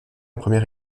première